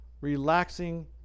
relaxing